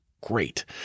great